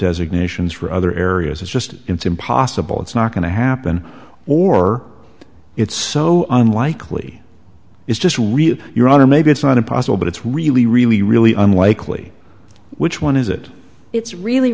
designations for other areas it's just impossible it's not going to happen or it's so unlikely it's just really your own or maybe it's not impossible but it's really really really unlikely which one is it it's really